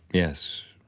yes.